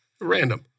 Random